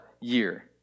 year